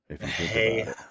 hey